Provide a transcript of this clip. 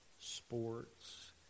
sports